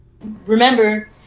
remember